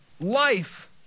life